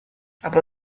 aber